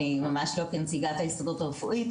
אני ממש לא כנציגת ההסתדרות הרפואית,